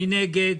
מי נגד?